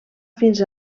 fins